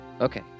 Okay